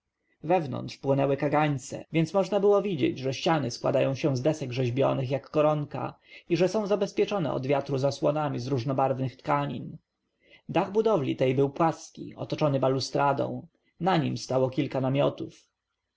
wewnątrz płonęły kagańce więc można było widzieć że ściany składają się z desek rzeźbionych jak koronka i że są zabezpieczone od wiatru zasłonami z różnobarwnych tkanin dach budowli tej był płaski otoczony balustradą na nim stało kilka namiotów